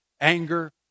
anger